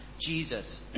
Jesus